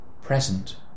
present